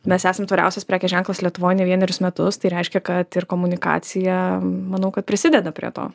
mes esam tvariausias prekės ženklas lietuvoj ne vienerius metus tai reiškia kad ir komunikacija manau kad prisideda prie to